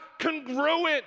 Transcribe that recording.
congruent